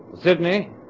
Sydney